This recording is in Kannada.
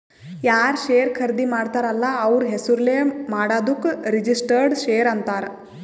ಯಾರ್ ಶೇರ್ ಖರ್ದಿ ಮಾಡ್ತಾರ ಅಲ್ಲ ಅವ್ರ ಹೆಸುರ್ಲೇ ಮಾಡಾದುಕ್ ರಿಜಿಸ್ಟರ್ಡ್ ಶೇರ್ ಅಂತಾರ್